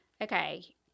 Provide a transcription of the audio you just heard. okay